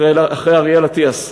אחרי אריאל אטיאס,